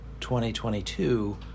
2022